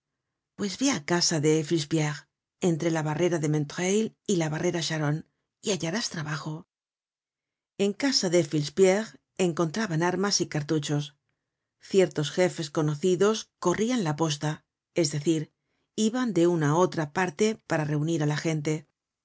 pues vé á casa de filspierre entre la barrera montreuil y la barrera charonne y hallarás trabajo en casa de filspierre encontraban armas y cartuchos ciertos jefes conocidos cor rian la posta es decir iban de una á otra parte para reunir á la gente en